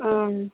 అవును